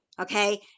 okay